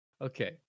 Okay